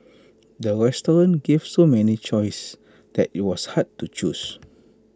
the restaurant gave so many choices that IT was hard to choose